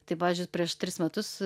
tai pavyzdžiui prieš tris metus